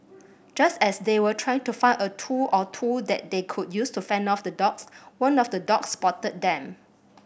just as they were trying to find a tool or two that they could use to fend off the dogs one of the dogs spotted them